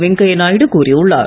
வெங்கய்யா நாயுடு கூறியுள்ளார்